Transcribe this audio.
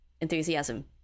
enthusiasm